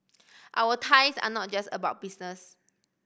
our ties are not just about business